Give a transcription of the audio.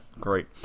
great